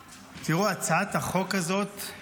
תראו, הצעת החוק הזאת היא